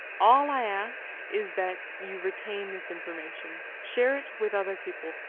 all i ask is that you retain this information. share it with other people,